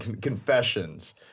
confessions